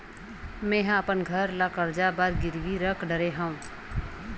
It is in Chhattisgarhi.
मेहा अपन घर ला कर्जा बर गिरवी रख डरे हव